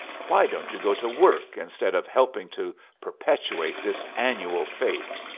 why don't you go to work instead of helping to perpetuate this annual fake?